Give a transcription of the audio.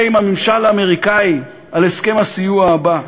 עם הממשל האמריקני על הסכם הסיוע הבא?